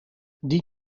die